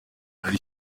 ari